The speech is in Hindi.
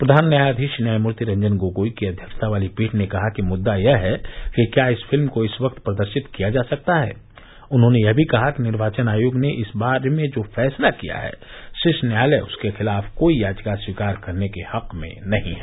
प्रधान न्यायाधीश न्यायमूर्ति रंजन गोगोई की अध्यक्षता वाली पीठ ने कहा कि मुद्दा यह है कि क्या इस फिल्म को इस वक्त प्रदर्शित किया जा सकता है उन्होंने यह भी कहा कि निर्वाचन आयोग ने इस बार में जो फैसला किया है शीर्ष न्यायालय उसके खिलाफ कोई याचिका स्वीकार करने के हक में नहीं है